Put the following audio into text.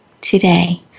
today